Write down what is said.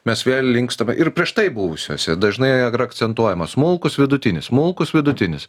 mes vėl linkstame ir prieš tai buvusiose dažnai akcentuojamas smulkus vidutinis smulkus vidutinis